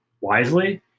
wisely